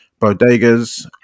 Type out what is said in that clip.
Bodegas